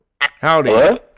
Howdy